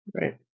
Right